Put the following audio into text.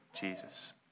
Jesus